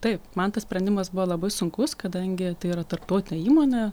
taip man tas sprendimas buvo labai sunkus kadangi tai yra tarptautinė įmonė